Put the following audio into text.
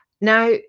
Now